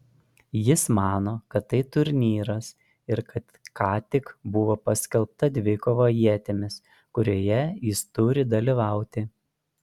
jis mano kad tai turnyras ir kad ką tik buvo paskelbta dvikova ietimis kurioje jis turi dalyvauti